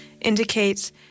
indicates